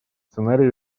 сценарий